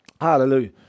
Hallelujah